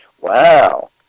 Wow